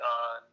on